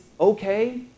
okay